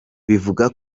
bivuga